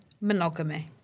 monogamy